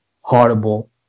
horrible